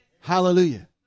Hallelujah